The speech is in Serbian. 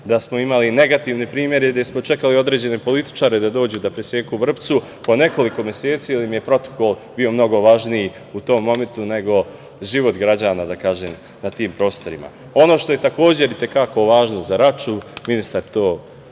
da smo imali negativne primere gde smo čekali određene političare da dođu da preseku vrpcu po nekoliko meseci, jer im je protokol bio mnogo važniji u tom momentu nego život građana na tim prostorima. Ono što je takođe i te kako važno za Raču, ministar to